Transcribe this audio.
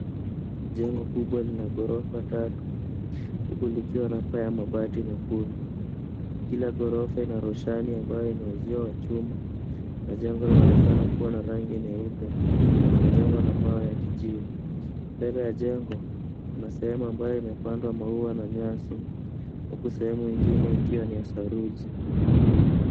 Jengo kubwa lina ghorofa tatu, huku likiwa na paa ya mabati mekundu. Kila ghorofa ina roshani ambayo imeuziwa wa chuma na jengo linaonekana kuwa na rangi nyeupe, limejengwa na mawe ya kijivu. Mbele ya jengo kuna sehemu ambayo imepandwa maua na nyasi, huku sehemu ingine ikiwa ni ya saruji.